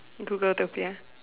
Google topic